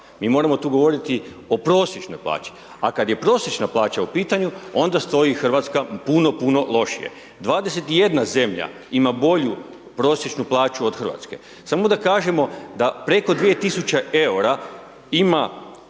Mi moramo tu govoriti o prosječnoj plaći, a kad je prosječna plaća u pitanju onda stoji Hrvatska puno, puno lošije. 21 zemlja ima bolju prosječnu plaću od Hrvatske. Samo da kažemo da preko 2.000 EUR-a ima